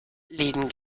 läden